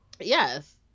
yes